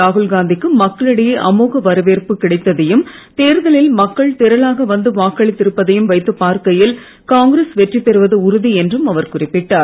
ராகுல்காந்திக்கு மக்களிடையே அமோக வரவேற்பு கிடைத்ததையும் தேர்தலில் மக்கள் திரளாக வந்து வாக்களித்து இருப்பதையும் வைத்துப் பார்க்கையில் காங்கிரஸ் வெற்றி பெறுவது உறுதி என்று அவர் குறிப்பிட்டார்